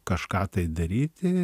kažką tai daryti